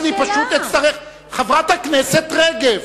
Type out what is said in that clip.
אני פשוט אצטרך, חברת הכנסת רגב,